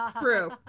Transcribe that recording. True